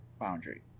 boundary